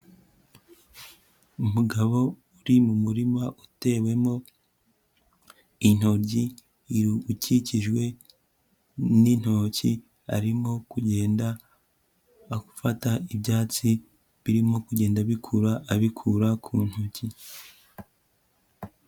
Umugabo uri mu murima utewemo intoryi, ukikijwe n'intoki, arimo kugenda afata ibyatsi birimo kugenda bikura, abikura ku ntoryi.